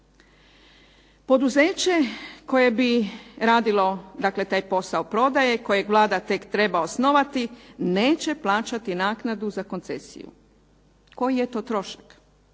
Poduzeće koje bi radilo dakle taj posao prodaje, kojeg Vlada tek treba osnovati, neće plaćati naknadu za koncesiju. Koji je to trošak?